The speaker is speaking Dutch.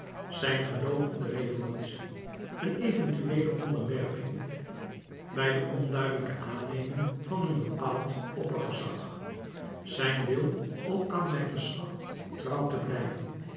zijn geloof in de revolutie een eventueele onderwerping bij de onduidelijke aanneming van een bepaald oppergezag zijn wil om aan zijn geslacht trouw te blijven